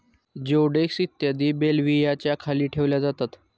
जिओडेक्स इत्यादी बेल्व्हियाच्या खाली ठेवल्या जातात